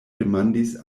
demandis